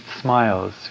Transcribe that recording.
smiles